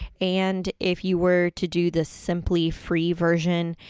and if you were to do the simply free version,